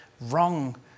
wrong